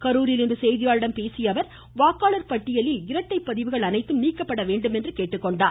கரூரில் இன்று செய்தியாளர்களிடம் பேசிய அவர் வாக்காளர் பட்டியலில் இரட்டைப் பதிவுகள் அனைத்தும் நீக்கப்பட வேண்டும் என கேட்டுக்கொண்டார்